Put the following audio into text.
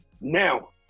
now